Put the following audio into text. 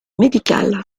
médicale